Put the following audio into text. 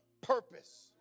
purpose